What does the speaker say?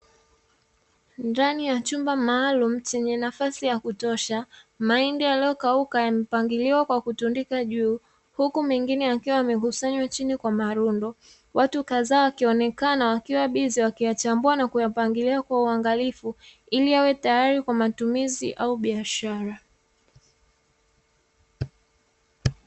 Ndani ya chumba maalumu chenye nafasi ya kutosha, mahindi yaliokauka yamepangiliwa kwa kutundikwa juu, huku mengine yakiwa yamekusanywa chini kwa marundo, watu kadhaa wakionekana wakiwa bize wakiyachambua na kuyapangilia kwa uangalifu ili yawe tayari kwa matumizi au biashara.